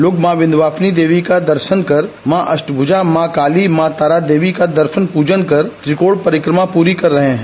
लोग माँ विंध्यवासिनी देवी का दर्शन कर माँ अष्टभुजा माँ काली व माँ तारा देवी का दशन पूजन कर त्रिकोण परिक्रमा पूरी कर रहे है